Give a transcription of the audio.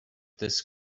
this